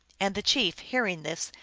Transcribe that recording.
and the chief, hearing this,